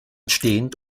stehend